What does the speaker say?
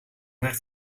werd